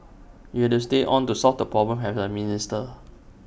you have to stay on to solve the problem as A minister